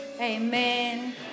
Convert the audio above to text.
amen